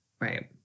right